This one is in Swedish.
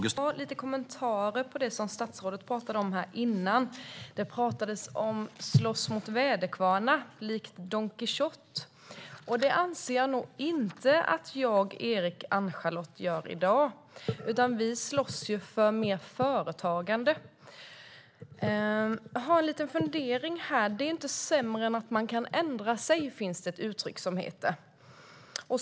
Svar på interpellationer Herr talman! Jag har några kommentarer på det som statsrådet pratade om tidigare. Det pratades om att slåss mot väderkvarnar likt Don Quijote. Det anser jag inte att jag, Erik och Ann-Charlotte gör i dag. Vi slåss för mer företagande. Jag har en liten fundering. Man är inte sämre än att man kan ändra sig, finns det ett uttryck som heter.